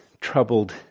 troubled